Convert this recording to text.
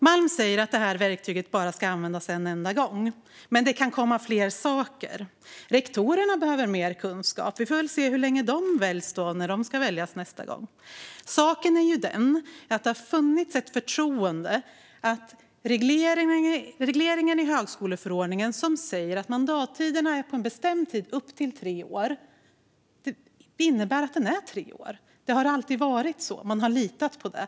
Malm säger att detta verktyg bara ska användas en enda gång. Men det kan komma fler saker. Rektorerna behöver mer kunskap. Vi får väl se hur lång tid de utses på nästa gång de ska väljas. Saken är den att det har funnits ett förtroende för regleringen i högskoleförordningen som säger att mandaten är på en bestämd tid, upp till tre år. Det har inneburit att mandattiden är tre år. Det har alltid varit så, och man har litat på det.